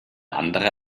andere